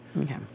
Okay